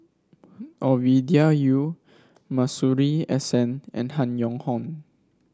Ovidia Yu Masuri S N and Han Yong Hong